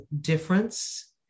difference